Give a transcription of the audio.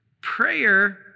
prayer